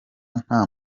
nta